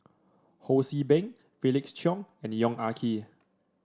Ho See Beng Felix Cheong and Yong Ah Kee